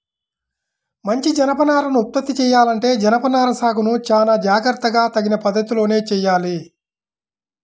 మంచి జనపనారను ఉత్పత్తి చెయ్యాలంటే జనపనార సాగును చానా జాగర్తగా తగిన పద్ధతిలోనే చెయ్యాలి